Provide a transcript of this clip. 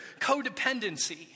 codependency